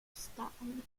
stan